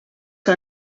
que